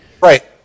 Right